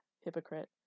Hypocrite